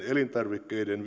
elintarvikkeiden